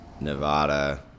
Nevada